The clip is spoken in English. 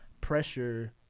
pressure